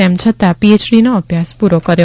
તમ્ર છતાં પીએયડીનો અભ્યાસ પુરો કર્યો